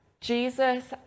Jesus